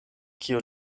kiu